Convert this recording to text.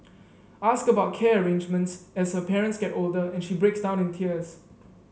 ask about care arrangements as her parents get older and she breaks down in tears